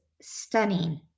stunning